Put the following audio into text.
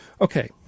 Okay